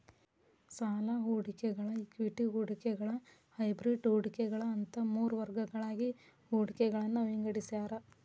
ಸಾಲ ಹೂಡಿಕೆಗಳ ಇಕ್ವಿಟಿ ಹೂಡಿಕೆಗಳ ಹೈಬ್ರಿಡ್ ಹೂಡಿಕೆಗಳ ಅಂತ ಮೂರ್ ವರ್ಗಗಳಾಗಿ ಹೂಡಿಕೆಗಳನ್ನ ವಿಂಗಡಿಸ್ಯಾರ